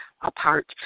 apart